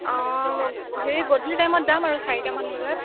অ হেৰি গধূলি টাইমত যাম আৰু চাৰিটামান বজাত